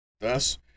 thus